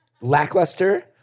lackluster